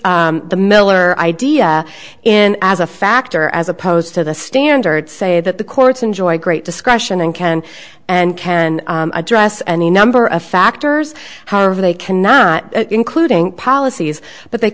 the miller idea in as a factor as opposed to the standard say that the courts enjoy great discretion and can and can address any number of factors however they cannot including policies but they